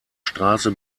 straße